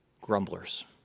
grumblers